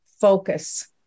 focus